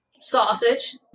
Sausage